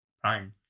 prime